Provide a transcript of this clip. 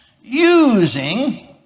using